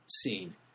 scene